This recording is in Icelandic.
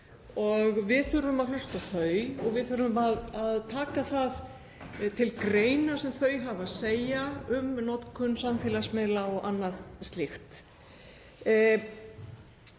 og við þurfum að hlusta á þau og við þurfum að taka það til greina sem þau segja um notkun samfélagsmiðla og annað slíkt.